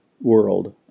world